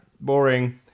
Boring